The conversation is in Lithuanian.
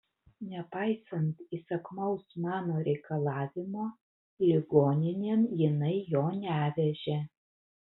nepaisant įsakmaus mano reikalavimo ligoninėn jinai jo nevežė